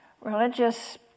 religious